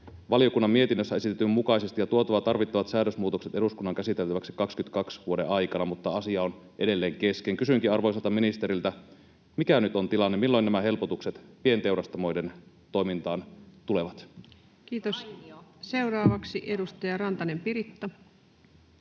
valiokunnan mietinnössä esitetyn mukaisesti ja tuotava tarvittavat säädösmuutokset eduskunnan käsiteltäväksi vuoden 22 aikana, mutta asia on edelleen kesken. Kysynkin arvoisalta ministeriltä: Mikä nyt on tilanne? Milloin nämä helpotukset pienteurastamoiden toimintaan tulevat? Kiitos. — Seuraavaksi edustaja Rantanen, Piritta.